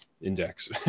index